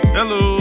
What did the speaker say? Hello